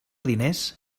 diners